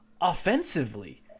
offensively